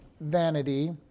vanity